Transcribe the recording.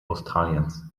australiens